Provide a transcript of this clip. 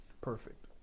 perfect